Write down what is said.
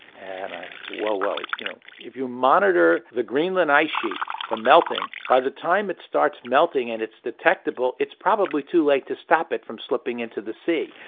and i whoa, whoa, you know if you monitor the greenland ice sheet for melting, by the time it starts melting and it's detectable it's probably too late to stop it from slipping into the sea.